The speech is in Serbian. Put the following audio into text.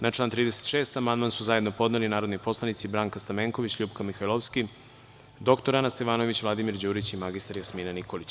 Na član 36. amandman su zajedno podneli narodni poslanici Branka Stamenković, LJupka Mihajlovska, dr Ana Stevanović, Vladimir Đurić i mr Jasmina Nikolić.